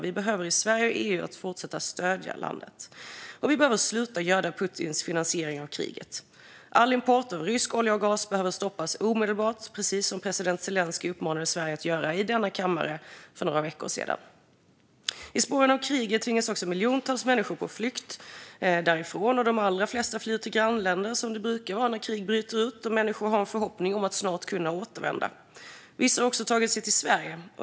Vi behöver i Sverige och i EU fortsätta att stödja landet. Vi behöver också sluta göda Putins finansiering av kriget. All import av rysk olja och gas behöver stoppas omedelbart, precis som president Zelenskyj uppmanade Sverige att göra i denna kammare för några veckor sedan. I spåren av kriget tvingas alltså miljontals människor på flykt därifrån. De allra flesta flyr till grannländer, som det brukar vara när krig bryter ut och människor har en förhoppning om att snart kunna återvända. Vissa har också tagit sig till Sverige.